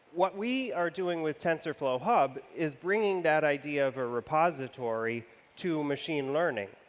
what we are doing with tensorflow hub is bringing that idea of a repository to machine learning.